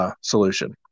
Solution